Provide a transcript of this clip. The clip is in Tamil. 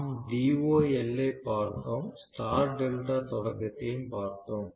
நாம் DOL ஐப் பார்த்தோம் ஸ்டார் டெல்டா தொடக்கத்தையும் பார்த்தோம்